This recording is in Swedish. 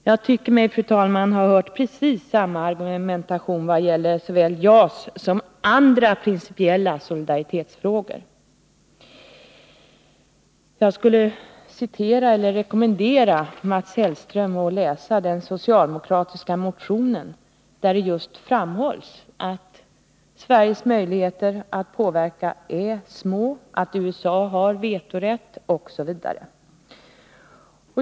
Jag tycker mig, fru talman, ha hört precis samma argumentation beträffande såväl JAS som andra principiella solidaritetsfrågor. Jag skulle vilja rekommendera Mats Hellström att läsa den socialdemokratiska motionen, där det framhålls just att Sveriges möjligheter att påverka är små, att USA har vetorätt osv.